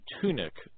tunic